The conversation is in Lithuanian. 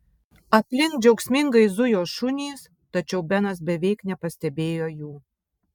aplink džiaugsmingai zujo šunys tačiau benas beveik nepastebėjo jų